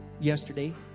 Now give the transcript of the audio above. yesterday